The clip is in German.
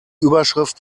überschrift